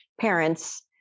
parents